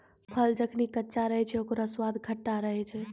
फल जखनि कच्चा रहै छै, ओकरौ स्वाद खट्टा रहै छै